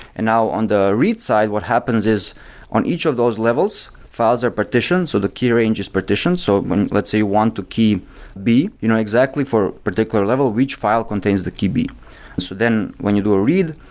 and now on the read side, what happens is on each of those levels, files are partitioned, so the key range is partitioned. so when let's say you want to key b, you know exactly for particular level which file contains the key b. so then when you do a read,